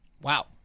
Wow